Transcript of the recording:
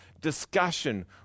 discussion